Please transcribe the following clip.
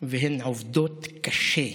והן עובדות קשה.